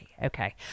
Okay